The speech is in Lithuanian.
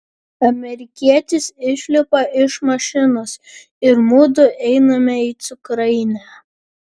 amerikietis išlipa iš mašinos ir mudu einame į cukrainę